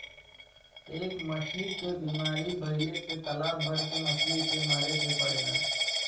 एक मछली के बीमारी भइले से तालाब भर के मछली के मारे के पड़ेला